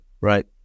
right